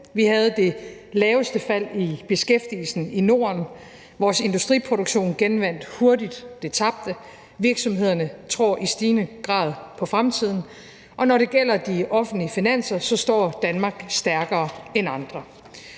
Vi havde det laveste fald i beskæftigelsen i Norden. Vores industriproduktion genvandt hurtigt det tabte. Virksomhederne tror i stigende grad på fremtiden. Og når det gælder de offentlige finanser, står Danmark stærkere end andre.